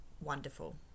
Wonderful